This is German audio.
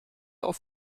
auf